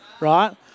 right